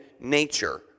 nature